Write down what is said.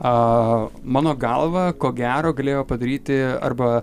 a mano galva ko gero galėjo padaryti arba